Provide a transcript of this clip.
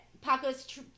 Paco's